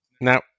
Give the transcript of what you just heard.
Now